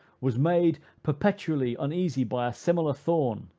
was made perpetually uneasy by a similar thorn.